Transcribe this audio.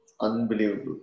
unbelievable